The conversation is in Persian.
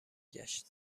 گشت